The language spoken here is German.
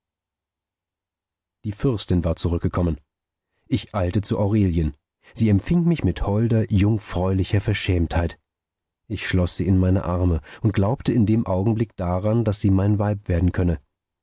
die fürstin war zurückgekommen ich eilte zu aurelien sie empfing mich mit holder jungfräulicher verschämtheit ich schloß sie in meine arme und glaubte in dem augenblick daran daß sie mein weib werden könne